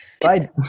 Bye